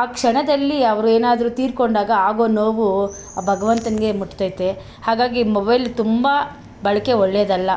ಆ ಕ್ಷಣದಲ್ಲಿ ಅವರು ಏನಾದ್ರು ತೀರಿಕೊಂಡಾಗ ಆಗೋ ನೋವು ಆ ಭಗವಂತನಿಗೆ ಮುಟ್ತೈತೆ ಹಾಗಾಗಿ ಮೊಬೈಲು ತುಂಬ ಬಳಕೆ ಒಳ್ಳೆದಲ್ಲ